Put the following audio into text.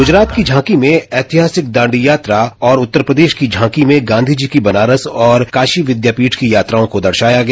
ग्जरात की झांकी में ऐतिहासिक दांडी यात्रा और उत्तर प्रदेश की झांकी में गांधी जी की बनारस और काशी विद्यापीठ की यात्राओं को दर्शाया गया